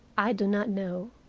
i do not know.